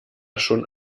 schon